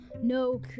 no